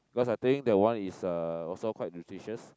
cause I think that one is uh also quite nutritious